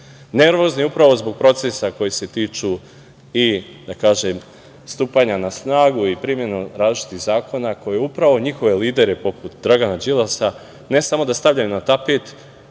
Nervozni, upravo zbog procesa koji se tiču i stupanja na snagu i primenu različitih zakona koji upravo njihove lidere, poput Dragana Đilasa ne samo da stavljaju na tapet,